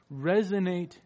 resonate